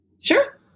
Sure